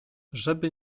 żeby